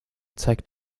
zeigt